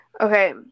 Okay